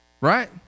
right